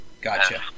Gotcha